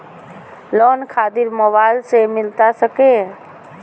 Loan खातिर mobile से मिलता सके?